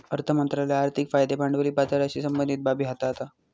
अर्थ मंत्रालय आर्थिक कायदे भांडवली बाजाराशी संबंधीत बाबी हाताळता